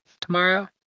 tomorrow